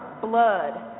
blood